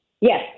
Yes